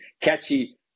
catchy